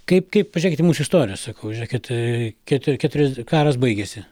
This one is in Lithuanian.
kaip kaip pažėkit į mūsų istoriją sakau žėkit keturi keturias karas baigėsi